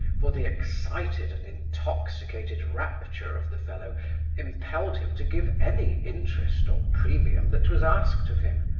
for the excited and intoxicated rapture of the fellow impelled him to give any interest or premium that was asked of him,